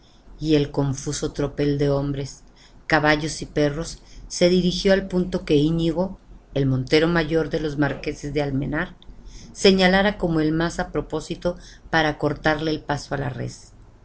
y el confuso tropel de hombres caballos y perros se dirigió al punto que iñigo el montero mayor de los marqueses de almenar señalara como el más á propósito para cortarle el paso á la res